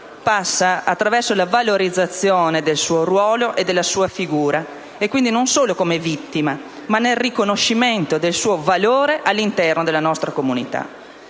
passa anche dalla valorizzazione del suo ruolo e della sua figura, non solo come vittima, ma nel riconoscimento del suo valore all'interno della nostra comunità.